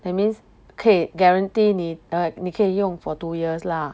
that means 可以 guarantee 你 err 你可以用 for two years lah